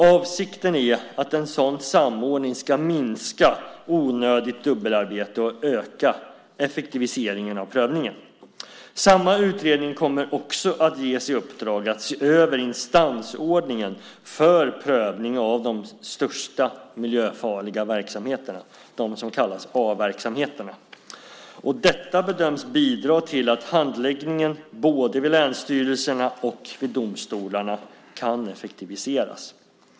Avsikten är att en sådan samordning ska minska onödigt dubbelarbete och öka effektiviseringen av prövningen. Samma utredning kommer också att ges i uppdrag att se över instansordningen för prövningen av de största miljöfarliga verksamheterna - de som kallas A-verksamheterna. Detta bedöms bidra till att handläggningen både vid länsstyrelserna och vid domstolarna kan effektiviseras.